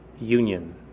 union